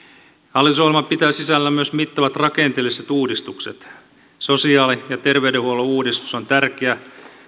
hallitusohjelma pitää sisällään myös mittavat rakenteelliset uudistukset sosiaali ja terveydenhuollon uudistus on tärkeä